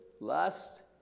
lust